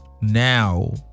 now